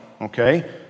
okay